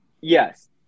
Yes